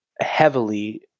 heavily